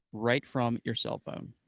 right from your cellphone.